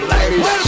Ladies